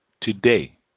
today